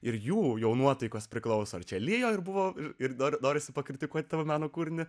ir jų jau nuotaikos priklauso ar čia lijo ir buvo ir dar norisi pakritikuoti savo meno kūrinį